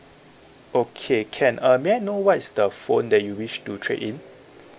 okay can uh may I know what is the phone that you wish to trade in